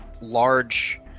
large